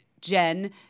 Jen